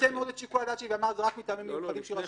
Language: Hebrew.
צמצם מאוד את שיקול הדעת שלי ואמר שזה רק מטעמים מיוחדים שיירשמו,